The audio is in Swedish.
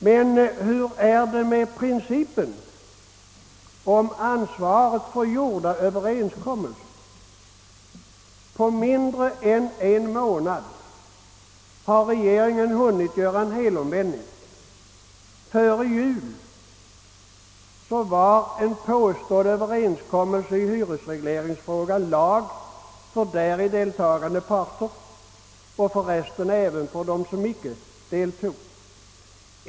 Men hur är det med principen om ansvaret för gjorda Överenskommelser? På mindre än en månad har regeringen bunnit göra en helomvändning. Före jul var en påstådd överenskommelse i hyresregleringsfrågan lag för däri deltagande parter och, för resten, även för dem som inte deltog.